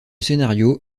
scénario